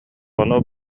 ону